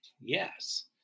Yes